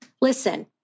listen